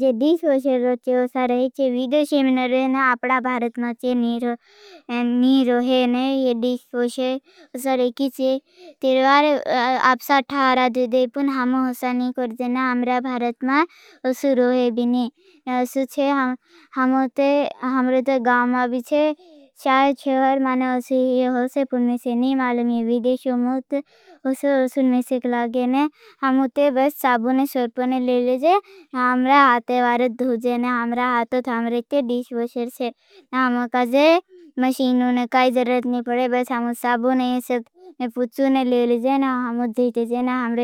जैस डिशवॉशर अच्छा रहा ना। अपना भारत मा नीर नीर नहीं होने। डिशवाशर सर की सिरदर्द आप साथ हरा धो दे। पुन हम हमस नहीं करते ना हमार्या भारत में ऐसा रहे। विनय हम उत्ते हमारे गांव मा भी छह। शहर मान विशेष होने से नही। मालूम विदेश में तो उसम सकल लगने। हम उत्ते बस साबुन सर्फण ले लीजिए। हमारा हाथ भारी धो जाना। हमारा हाथ त डिशवाशर है। नाम का जो मशीन जरूर पड़े। बस साबुन सब पूजन ले ले जन। हम धीरे धीरे ना हम